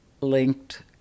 linked